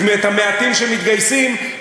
את המעטים שמתגייסים,